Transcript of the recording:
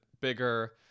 bigger